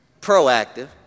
proactive